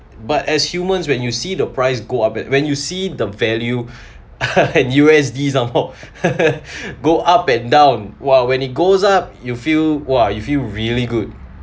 but as humans when you see the price go up it when you see the value U_S_D some more go up and down !wah! when it goes up you feel !wah! you feel really good